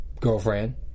girlfriend